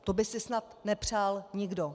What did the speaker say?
To by si snad nepřál nikdo.